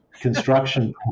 construction